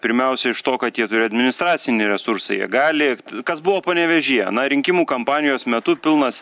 pirmiausia iš to kad jie turi administracinį resursą jie gali kas buvo panevėžyje rinkimų kampanijos metu pilnas